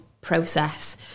process